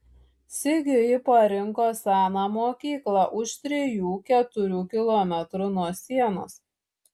sigiui ji parinko seną mokyklą už trijų keturių kilometrų nuo sienos